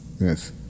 Yes